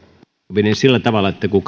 mennään sillä tavalla että kun